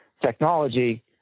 technology